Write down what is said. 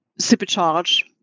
supercharge